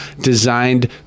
designed